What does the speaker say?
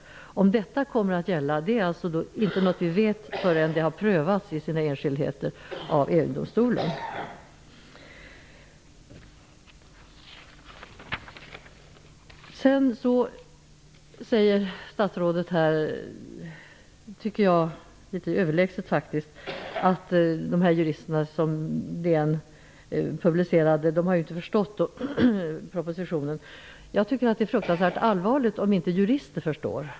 Men om de kommer att gälla vet vi inte förrän de har prövats i sina enskildheter av EU-domstolen. Statsrådet sade, faktiskt litet överlägset, att juristerna som DN publicerade inte har förstått propositionen. Jag tycker att det är fruktansvärt allvarligt om inte ens jurister förstår.